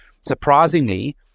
surprisingly